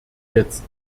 jetzt